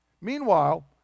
Meanwhile